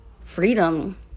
freedom